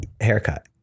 haircut